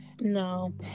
no